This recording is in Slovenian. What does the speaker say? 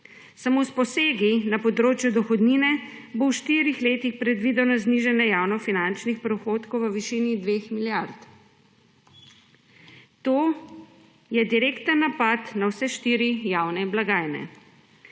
Samo s posegi na področju dohodnine bo v štirih letih predvideno znižanje javnofinančnih prihodkov v višini dveh milijard. To je direkten napad na vse štiri javne blagajne.